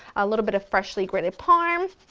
a little bit of freshly grated parm.